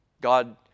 God